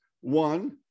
One